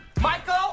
Michael